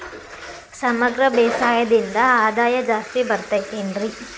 ಸಮಗ್ರ ಬೇಸಾಯದಿಂದ ಆದಾಯ ಜಾಸ್ತಿ ಬರತೈತೇನ್ರಿ?